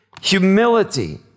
Humility